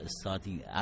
starting